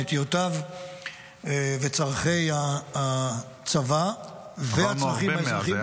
נטיותיו וצורכי הצבא --- עברנו הרבה מאז,